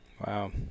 Wow